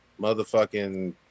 motherfucking